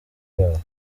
bazo